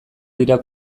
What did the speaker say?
dira